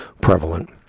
prevalent